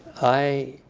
i